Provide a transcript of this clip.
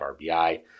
RBI